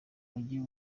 mujyi